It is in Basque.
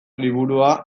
liburua